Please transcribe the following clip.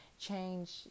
change